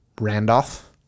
Randolph